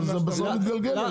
בסוף זה מתגלגל אליו.